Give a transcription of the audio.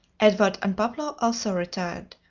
edward and pablo also retired,